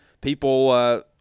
people –